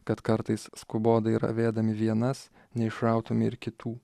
kad kartais skubodai ravėdami vienas neišrautume ir kitų